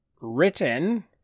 written